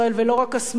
ולא רק הסמלים,